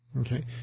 Okay